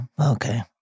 Okay